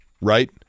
right